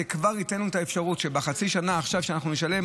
זה כבר ייתן לנו אפשרות שבחצי השנה שאנחנו נשלם,